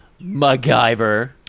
MacGyver